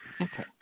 Okay